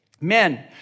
Men